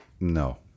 No